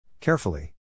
Carefully